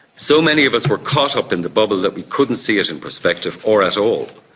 so many of us were caught up in the bubble that we couldn't see it in perspective, or at all.